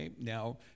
Now